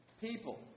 People